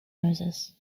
moses